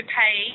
pay